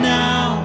now